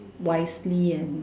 wisely and